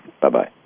Bye-bye